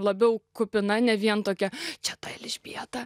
labiau kupina ne vien tokia čia ta elžbieta